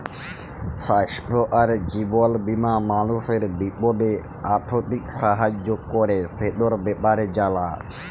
স্বাইস্থ্য আর জীবল বীমা মালুসের বিপদে আথ্থিক সাহায্য ক্যরে, সেটর ব্যাপারে জালা